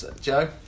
Joe